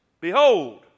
Behold